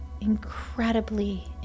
incredibly